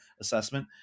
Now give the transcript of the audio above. assessment